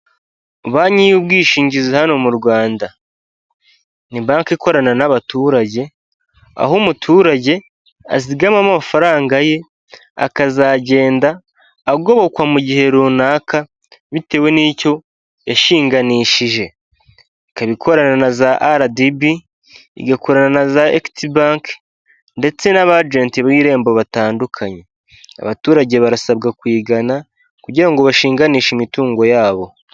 Banki y'ubwishingizi hano mu Rwanda, ni banki ikorana n'abaturage, aho umuturage azigamamo amafaranga ye akazagenda agobokwa mu gihe runaka bitewe n'icyo yashinganishije, ikaba ikorana na za aradibi, igakorana na za ekwiti banke ndetse n'aba ejenti b' irembo batandukanye, abaturage barasabwa kuyigana kugira ngo bashinganishe imitungo y'abo.